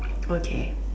okay